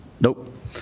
Nope